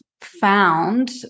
found